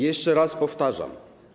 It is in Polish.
Jeszcze raz powtarzam.